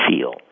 feel